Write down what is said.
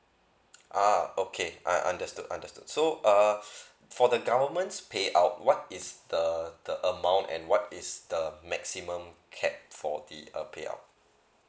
ah okay I understood understood so err for the government's payout what is the amount and what is the maximum cap for the uh payout